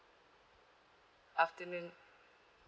afternoon